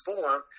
form